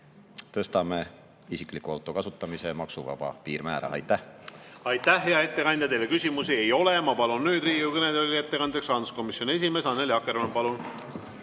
tõstame isikliku auto kasutamise maksuvaba piirmäära. Aitäh! Aitäh, hea ettekandja! Teile küsimusi ei ole. Ma palun nüüd Riigikogu kõnetooli ettekandjaks rahanduskomisjoni esimehe Annely Akkermanni. Palun!